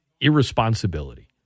irresponsibility